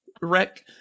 wreck